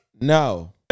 No